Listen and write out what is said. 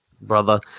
brother